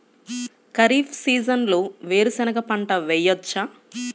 ఖరీఫ్ సీజన్లో వేరు శెనగ పంట వేయచ్చా?